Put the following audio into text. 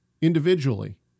individually